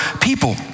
people